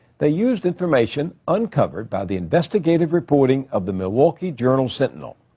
they used information uncovered by the investigative reporting of the milwaukee journal sentinel.